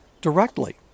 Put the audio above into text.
Directly